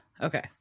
Okay